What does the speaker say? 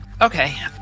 Okay